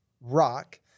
rock